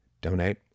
donate